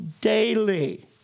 daily